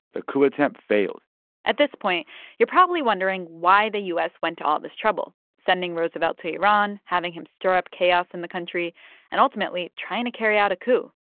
the coup attempt failed at this point you're probably wondering why the u s. went to all this trouble sending roosevelt to iran, having him stir up chaos in the country and ultimately, trying to carry out a coup.